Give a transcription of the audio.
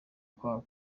kwa